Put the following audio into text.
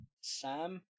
Sam